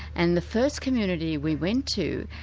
and the first community we went to,